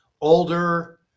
older